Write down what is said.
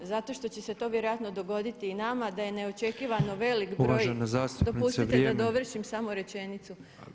Zato što će se to vjerojatno dogoditi i nama da je neočekivano velik broj [[Upadica predsjednik: Uvažena zastupnice vrijeme.]] Dopustite da dovršim samo rečenicu.